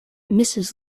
mrs